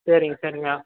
சரிங்க சரிங்க